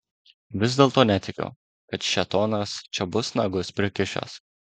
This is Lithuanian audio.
vis dėlto netikiu kad šėtonas čia bus nagus prikišęs